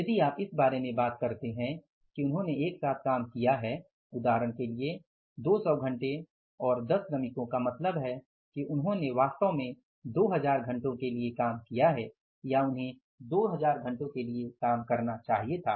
यदि आप इस बारे में बात करते हैं कि उन्होंने एक साथ काम किया है उदाहरण के लिए 200 घंटे और 10 श्रमिकों का मतलब है कि उन्होंने वास्तव में 2000 घंटों के लिए काम किया है या उन्हें 2000 घंटों के लिए काम करना चाहिए था